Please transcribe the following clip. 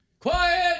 Quiet